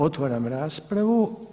Otvaram raspravu.